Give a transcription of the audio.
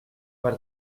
per